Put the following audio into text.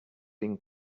been